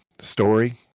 story